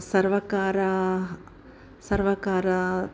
सर्वकाराः सर्वकाराः